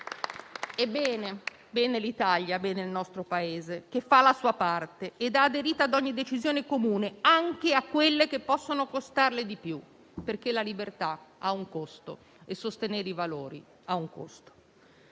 che l'Italia, il nostro Paese, faccia la sua parte e abbia aderito ad ogni decisione comune, anche a quelle che possono costarle di più, perché la libertà ha un costo e sostenere i valori ha un costo.